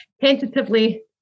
tentatively